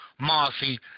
Marcy